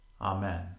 Amen